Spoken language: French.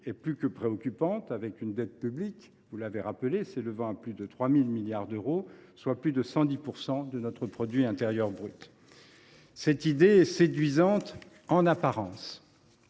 est plus que préoccupante : la dette publique, vous l’avez rappelé, s’élève à plus de 3 000 milliards d’euros, soit plus de 110 % de notre PIB. Cette idée est séduisante en apparence,